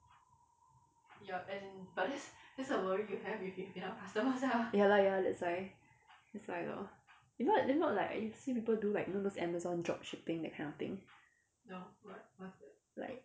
ya lah ya that's why that's why lor you know you know like I see people do like you know those amazon drop shipping that kind of thing like